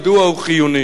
מדוע הוא חיוני?